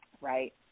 right